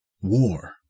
War